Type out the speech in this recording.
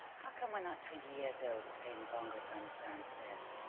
how come we're not twenty years old and playing the bongo drums downstairs